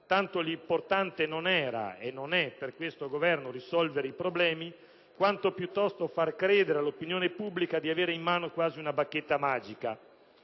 Governo l'importante non era e non è risolvere i problemi quanto piuttosto far credere all'opinione pubblica di avere in mano quasi una bacchetta magica.